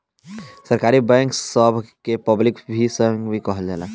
सरकारी बैंक सभ के पब्लिक बैंक भी कहाला